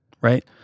right